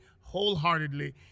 wholeheartedly